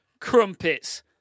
crumpets